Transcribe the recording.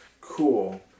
Cool